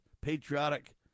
patriotic